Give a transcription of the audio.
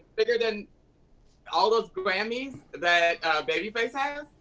bigger than all those grammys that babyface has?